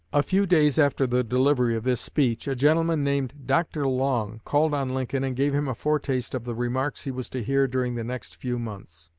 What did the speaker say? a few days after the delivery of this speech, a gentleman named dr. long called on lincoln and gave him a foretaste of the remarks he was to hear during the next few months.